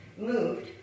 moved